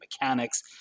mechanics